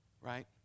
Right